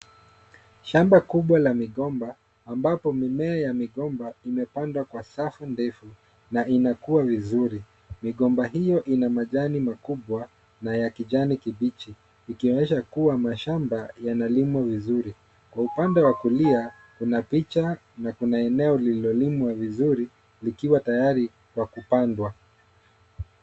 Shamba kubwa la migomba ambapo mimea ya migomba imepandwa kwa safu ndefu na inakua vizuri. Migomba hiyo ina majani makubwa na ya kijani kibichi ikionyesha kuwa mashamba yanalimwa vizuri. Kwa upande wa kulia, kuna picha na kuna eneo lililolimwa vizuri ikiwa tayari kwa kupandwa.